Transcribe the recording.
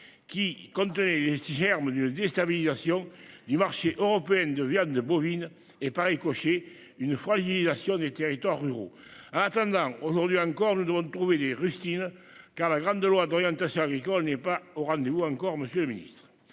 qui compter les germes d'une déstabilisation du marché européen de viande bovine et par ricochet une fragilisation des territoires ruraux attendant aujourd'hui encore le droit de trouver des rustines car la grande loi d'orientation agricole n'est pas au rendez-vous encore Monsieur le Ministre.